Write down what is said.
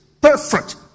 perfect